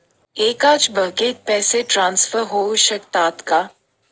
एकाच बँकेत पैसे ट्रान्सफर होऊ शकतात का?